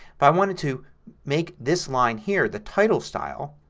if i wanted to make this line here the title style,